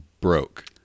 broke